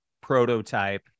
prototype